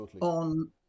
on